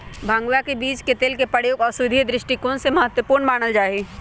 भंगवा के बीज के तेल के प्रयोग औषधीय दृष्टिकोण से महत्वपूर्ण मानल जाहई